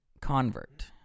Convert